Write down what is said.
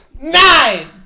Nine